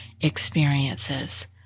experiences